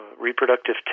reproductive